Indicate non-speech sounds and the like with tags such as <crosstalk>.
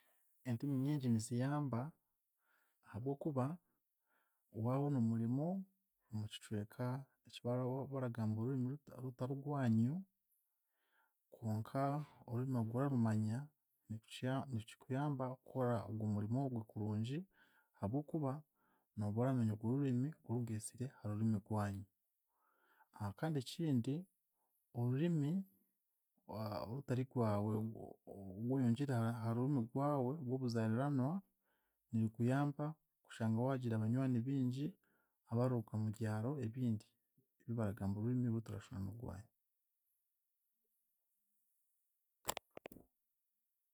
Endimi nyingi niziyamba ahabw'okuba waabona omurimo omu kicweka eki baraba baragamba orurimi ruta rutari gwanyu, konka orurimi ogwo orarumanya nikiya nikikuyamba kukora ogwo murimo ogwo kurungi ahabw'okuba nooba oramanya ogwo rurimi orugeesire ha rurimi gwanyu. <hesitation> Kandi ekindi, orurimi <hesitation> orutari rwawe o- o- ogwoyongiire ha- ha rurimi ogwawe ogw'obuzaariranwa, nirukuyamba kushanga waagira abanywani bingi abararuga mubyaro ebindi ebi baragamba orurimi rutarashushwana n'ogwanyu.